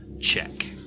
check